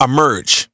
Emerge